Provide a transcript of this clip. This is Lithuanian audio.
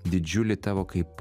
didžiulį tavo kaip